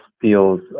feels